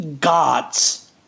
gods